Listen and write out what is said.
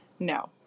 No